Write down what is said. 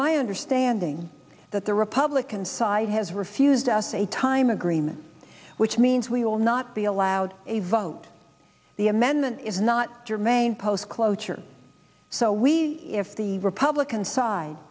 my understanding that the republican side has refused us a time agreement which means we will not be allowed a vote the amendment is not germane post cloture so we if the republican side